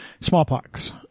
smallpox